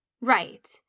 Right